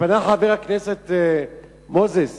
כשפנה חבר הכנסת מוזס